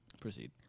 Proceed